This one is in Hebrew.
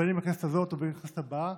אם בכנסת הזו אם בכנסת הבאה.